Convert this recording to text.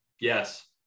yes